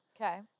Okay